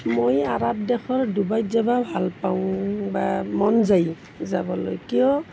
মই আৰৱ দেশৰ ডুবাইত যাব ভাল পাওঁ বা মন যায় যাবলৈ কিয়